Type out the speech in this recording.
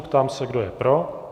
Ptám se, kdo je pro.